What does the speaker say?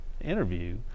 interview